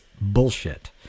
bullshit